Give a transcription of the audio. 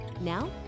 Now